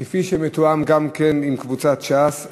כפי שמתואם גם כן עם קבוצת ש"ס,